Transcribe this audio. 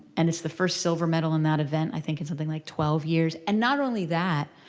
and it's the first silver medal in that event i think in something like twelve years. and not only that.